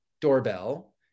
doorbell